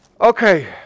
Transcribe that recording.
Okay